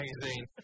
magazine